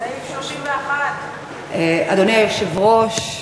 סעיף 31. אדוני היושב-ראש,